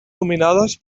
dominades